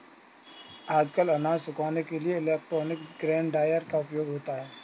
आजकल अनाज सुखाने के लिए इलेक्ट्रॉनिक ग्रेन ड्रॉयर का उपयोग होता है